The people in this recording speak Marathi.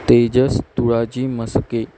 तेजस तुळाजी मस्के